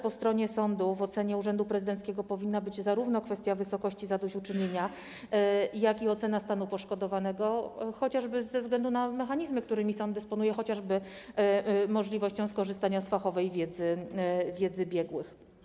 Po stronie sądów w ocenie urzędu prezydenckiego powinna być zarówno kwestia wysokości zadośćuczynienia, jak i ocena stanu poszkodowanego, chociażby ze względu na mechanizmy, którymi sam dysponuje, np. możliwością skorzystania z fachowej wiedzy biegłych.